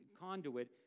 conduit